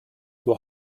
were